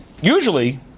Usually